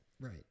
Right